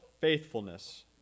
faithfulness